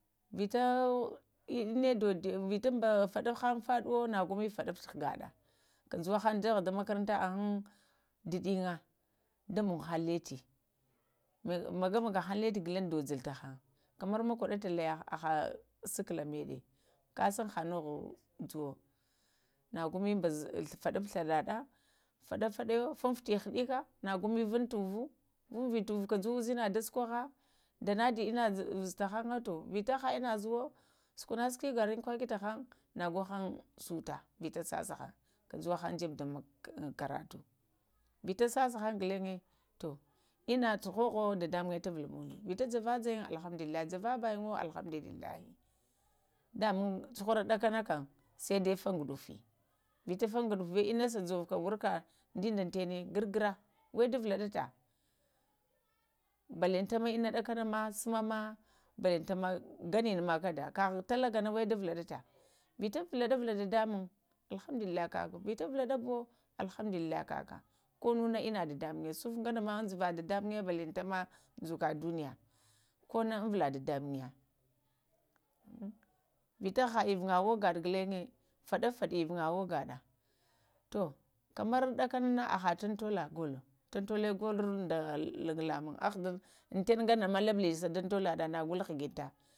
Vita inəena doɗi vita ba fadə han faɗuwo nago mə faɗaŋ hagaɗa, kajuwahanŋ jaha dom makaranta əehaŋ dəɗənya damago haŋ lafə magamagahan lati ghulaŋə dojul tahŋ kamar makwəɗa talaya haha sikala məɗə to nago mə fadu glaɗaɗa, fada-faɗəyo, funfutə həɗəka go mə vutu-uvu, vun vuə to uvu ka juwə ushinaɗa suko ha danadə ina zwo tahaŋga to vita ha ina zəwo, sukwana sukwi sukwi garin kwakə ta haŋ na go haŋ suta vita sasahaŋ ka juwo haŋ jebu dun makaranta karatu vita sasa haŋ ghulaŋyə to inna tahoho dadamuŋyə tuvumuŋdo, vita javajayan alhamdulillahi javabayŋo alhamdulillahi, damaŋ cuhura ɗakana kam sai dai, fagudufa, vita fagudufu bawana ina sa javuka worka dəndanta nə gar-gara, wədavalaɗata ban lantanamə inna ɗakana mə suma ma, balantanama sum baafa ma ganavima kada kaha talaga ma wə da vavalata, vita vuladavula dadamŋm to hamdulillahi kaka vita valada bwo alhamdulillahi kaka konuwo na ma dadamuŋm sunfa gana ma əvula dadamŋm balantanama dzuka duniya konu na əvala dadamuŋmya, vita haha əvuga oga da ghulayə fada-faɗi əvuryga oga ɗa to kamar dakəna haha tun-tula golo, tan-tola korulo kaga lamuŋ intana ganama labulə sa tan-tolaɗa nogolo ghigita.